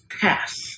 pass